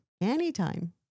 anytime